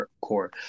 core